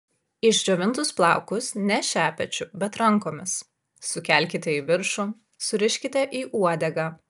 išdžiovintus plaukus ne šepečiu bet rankomis sukelkite į viršų suriškite į uodegą